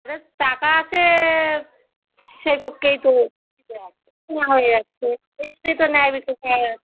যাদের টাকা আছে সেই পক্ষেই তো হয়ে যাচ্ছে কেনা হয়ে যাচ্ছে তো ন্যায়বিচার